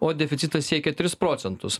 o deficitas siekia tris procentus